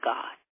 God